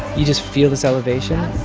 you just feel this elevation